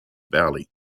valley